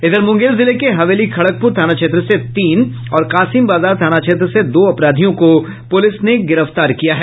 इधर मुंगेर जिले के हवेली खड़गपुर थाना क्षेत्र से तीन और कासिम बाजार थाना क्षेत्र से दो अपराधियों को पुलिस ने गिरफ्तार किया है